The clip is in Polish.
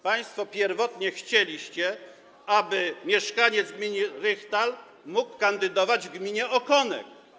Państwo pierwotnie chcieliście, aby mieszkaniec gminy Rychtal mógł kandydować w gminie Okonek.